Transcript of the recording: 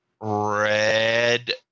red